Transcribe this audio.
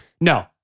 No